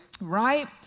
Right